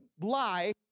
lie